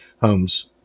homes